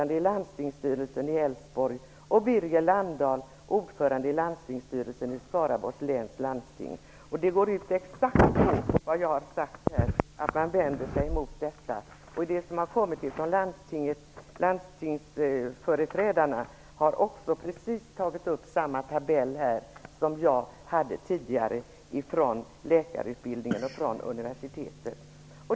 De skriver exakt vad jag har sagt här i kammaren -- man vänder sig emot förslaget. Landstingsföreträdarna har också tagit upp precis samma tabell som jag redovisade tidigare, den om läkarutbildningen och universitetet.